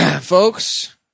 folks